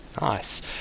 Nice